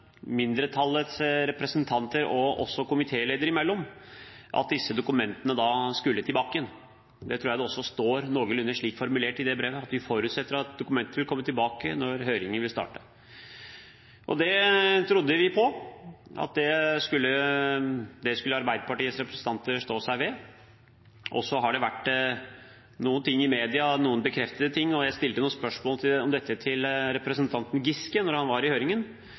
mindretallets representanter og komitéleder imellom, at disse dokumentene skulle tilbake igjen. Det tror jeg også står noenlunde slik formulert i det brevet, at vi forutsetter at dokumentene vil komme tilbake når høringen vil starte. Det trodde vi på at Arbeiderpartiets representanter skulle stå ved. Så har det vært noen ting i media, noen bekreftede ting, og jeg stilte noen spørsmål om dette til representanten Giske da han var i høringen,